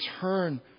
turn